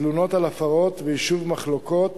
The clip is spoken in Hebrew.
תלונות על הפרות ויישוב מחלוקות